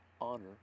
honor